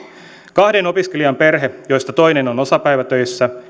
kahden opiskelijan perhe jossa toinen on osapäivätöissä